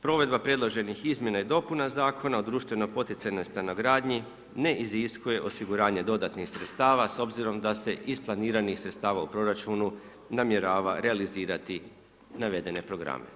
Provedba predloženih izmjena i dopuna Zakona o društveno poticajnoj stanogradnji ne iziskuje osiguranje dodatnih sredstava s obzirom da se iz planiranih sredstava u proračunu namjerava realizirati navedene programe.